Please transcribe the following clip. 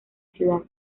ciudad